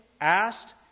asked